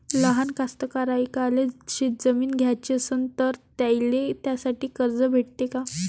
लहान कास्तकाराइले शेतजमीन घ्याची असन तर त्याईले त्यासाठी कर्ज भेटते का?